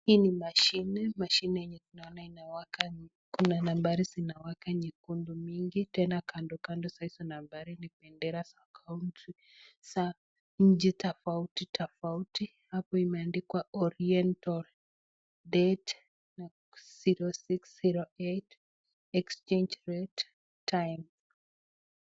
Hii ni mashine, mashine yenye tunaona imewaka kuna nambari zinawaka nyekundu mingi, tena kando kando zaizo nambari ni bendera za nchi tofauti tofauti, hapa imeaandikwa Oriental Date 06-08 Exchange Rate time,(cs).